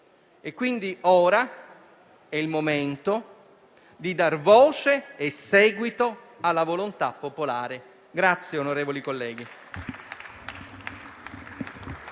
è quindi il momento di dar voce e seguito alla volontà popolare.